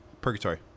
Purgatory